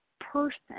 person